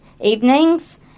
evenings